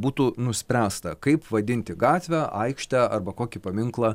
būtų nuspręsta kaip vadinti gatvę aikštę arba kokį paminklą